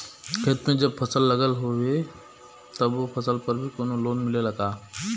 खेत में जब फसल लगल होले तब ओ फसल पर भी कौनो लोन मिलेला का?